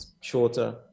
shorter